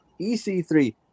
EC3